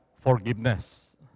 forgiveness